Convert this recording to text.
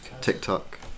TikTok